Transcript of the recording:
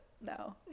no